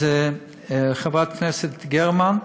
אז, חברת הכנסת גרמן,